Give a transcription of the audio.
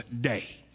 day